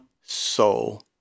soul